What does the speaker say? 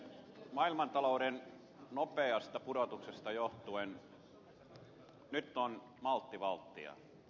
maailmantalouden nopeasta pudotuksesta johtuen nyt on maltti valttia